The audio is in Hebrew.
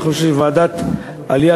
אני חושב שוועדת העלייה,